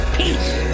peace